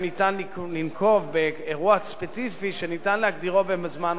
אפשר לנקוב באירוע ספציפי שאפשר להגדירו בזמן ובמקום.